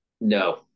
No